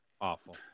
Awful